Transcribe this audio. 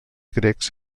grecs